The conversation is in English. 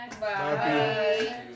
Bye